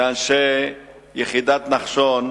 ואנשים של יחידת נחשון